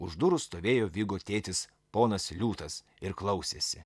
už durų stovėjo vigo tėtis ponas liūtas ir klausėsi